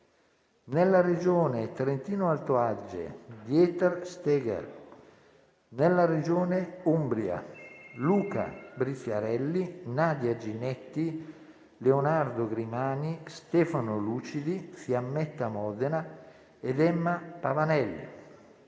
nella Regione Trentino-Alto Adige: Dieter Steger; nella Regione Umbria: Luca Briziarelli, Nadia Ginetti, Leonardo Grimani, Stefano Lucidi, Fiammetta Modena ed Emma Pavanelli;